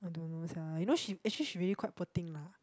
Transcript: I don't know sia you know she actually she really quite poor thing lah